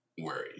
worried